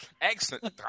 excellent